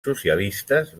socialistes